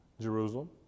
Jerusalem